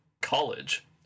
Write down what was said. college